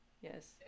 Yes